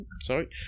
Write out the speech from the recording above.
Sorry